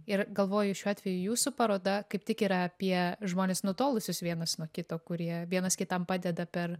ir galvoju šiuo atveju jūsų paroda kaip tik yra apie žmones nutolusius vienas nuo kito kurie vienas kitam padeda per